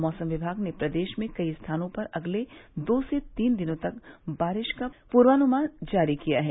मौसम विभाग ने प्रदेश में कई स्थानों पर अगले दो से तीन दिनों तक बारिश का पूर्वानुमान जारी किया है